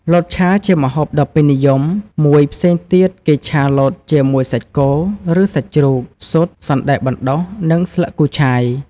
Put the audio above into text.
លតឆាជាម្ហូបដ៏ពេញនិយមមួយផ្សេងទៀតគេឆាលតជាមួយសាច់គោ ឬសាច់ជ្រូក ស៊ុត សណ្ដែកបណ្ដុះ និងស្លឹកគូឆាយ។